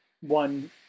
one